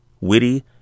witty